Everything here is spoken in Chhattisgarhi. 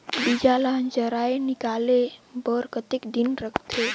बीजा ला जराई निकाले बार कतेक दिन रखथे?